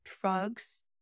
drugs